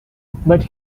but